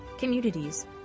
communities